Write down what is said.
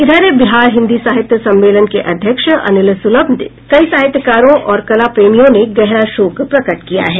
इधर बिहार हिंदी साहित्य सम्मेलन के अध्यक्ष अनिल सुलभ सहित कई साहित्यकारों और कला प्रेमियों ने गहरा शोक प्रकट किया है